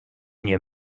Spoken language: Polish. nie